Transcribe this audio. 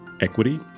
Equity